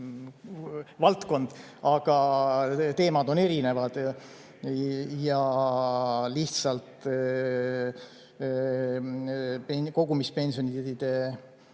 valdkond, aga teemad on erinevad. Lihtsalt kogumispensionide